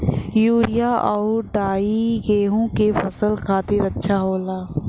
urea आउर डाई गेहूं के फसल खातिर अच्छा होला